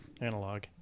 analog